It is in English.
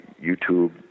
YouTube